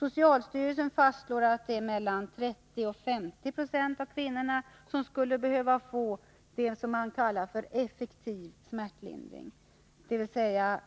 Socialstyrelsen fastslår att mellan 30 och 50 926 av kvinnorna skulle behöva få det man kallar för effektiv smärtlindring, dvs.